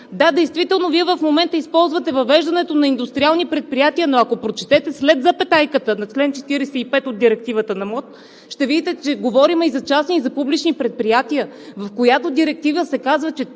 да, действително в момента Вие използвате въвеждането на индустриални предприятия, но ако прочетете след запетайката на чл. 45 от Директивата на МОД, ще видите, че говорим и за частни, и за публични предприятия. В Директивата се казва, че